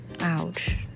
Ouch